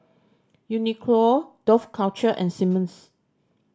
Uniqlo Dough Culture and Simmons